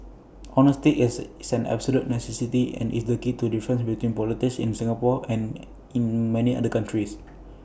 honesty is same absolute necessity and is the key to difference between politics in Singapore and in many other countries